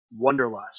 Wonderlust